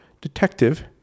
detective